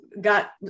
got